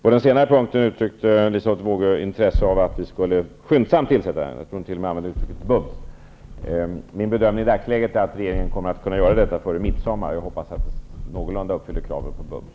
På den senare punkten uttryckte Liselotte Wågö intresse för att vi skulle tillsätta utredningen skyndsamt. Jag tror t.o.m. att hon använde uttrycket bums. Min bedömning i dagsläget är att regeringen kommer att kunna göra det före midsommar, och jag hoppas att detta någorlunda uppfyller kravet på bums.